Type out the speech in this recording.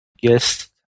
guess